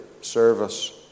service